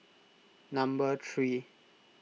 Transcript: number three